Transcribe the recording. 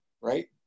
right